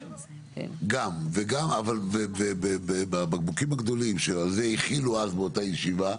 גם, ובבקבוקים הגדולים שהחילו אז באותה ישיבה,